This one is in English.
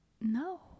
No